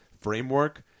framework